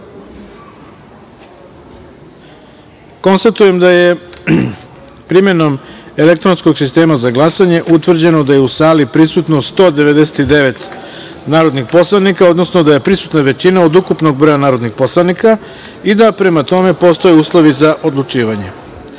glasanje. Konstatujem da je, primenom elektronskog sistema za glasanje, utvrđeno da je u sali prisutno 199 narodnih poslanika, odnosno da je prisutna većina od ukupnog broja narodnih poslanika i da, prema tome, postoje uslovi za odlučivanje. Prelazimo